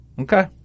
Okay